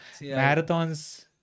marathons